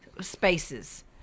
spaces